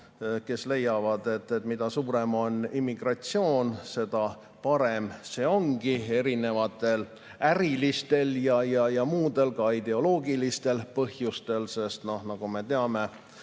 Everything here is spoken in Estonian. kes leiavad, et mida suurem on immigratsioon, seda parem see ongi erinevatel ärilistel ja muudel, ka ideoloogilistel põhjustel. Nagu me teame,